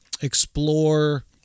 explore